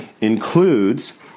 includes